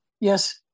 Yes